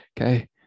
Okay